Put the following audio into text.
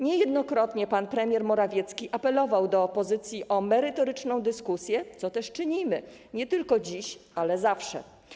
Niejednokrotnie pan premier Morawiecki apelował do opozycji o merytoryczną dyskusję, co też czynimy, nie tylko dziś, ale zawsze.